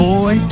Boy